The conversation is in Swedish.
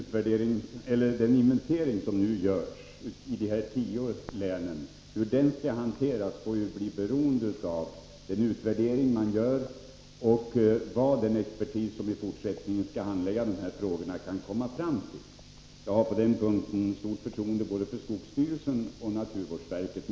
Herr talman! Hur den inventering som nu görs i dessa tio län skall hanteras får ju bli beroende av den utvärdering man gör och av vad den expertis som i fortsättningen skall handlägga de här frågorna kan komma fram till. Jag har på den punkten stort förtroende för både skogstyrelsen och naturvårdsverket.